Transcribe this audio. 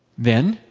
then,